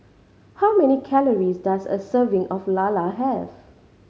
how many calories does a serving of lala have